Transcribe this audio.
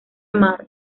mars